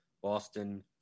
Boston